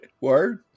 word